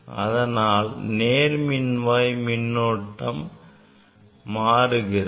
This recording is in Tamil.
அதனால்தான் நேர் மின்வாய் மின்னோட்டம் மாறுகிறது